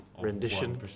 rendition